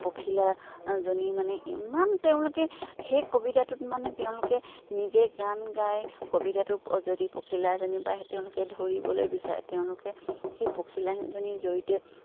পখিলাজনী মানে ইমান তেওঁলোকে সেই কবিতাটোত মানে তেওঁলোকে নিজে গান গাই কবিতাটো যদি পখিলা এজনী বা তেওঁলোকে ধৰিবলৈ বিচাৰে তেওঁলোকে সেই পখিলা এজনীৰ জৰিয়তে